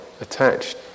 attached